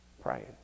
praying